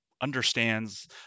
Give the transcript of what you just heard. understands